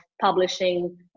publishing